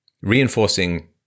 Reinforcing